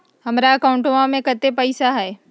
हमार अकाउंटवा में कतेइक पैसा हई?